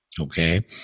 Okay